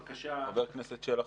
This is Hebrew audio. בבקשה --- חבר הכנסת שלח,